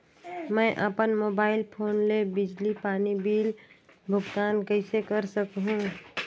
मैं अपन mobile phone ले बिजली पानी बिल भुगतान कइसे कर सकहुं?